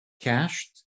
cached